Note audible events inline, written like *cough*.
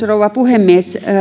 *unintelligible* rouva puhemies